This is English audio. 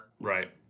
Right